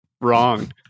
wrong